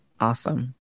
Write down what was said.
Awesome